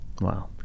Wow